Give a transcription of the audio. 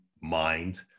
mind